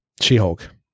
She-Hulk